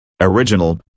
Original